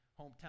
hometown